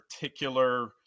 particular